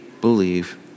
believe